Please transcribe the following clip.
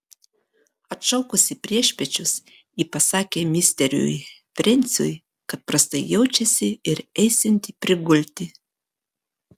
atšaukusi priešpiečius ji pasakė misteriui frensiui kad prastai jaučiasi ir eisianti prigulti